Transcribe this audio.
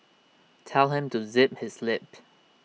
tell him to zip his lip